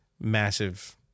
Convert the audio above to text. massive